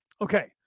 Okay